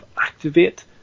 activate